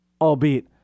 albeit